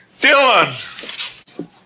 Dylan